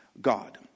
God